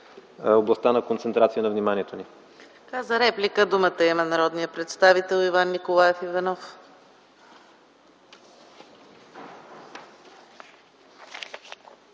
областта на концентрацията на вниманието ни.